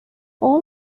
all